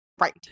right